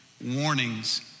warnings